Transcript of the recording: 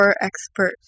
expert